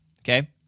Okay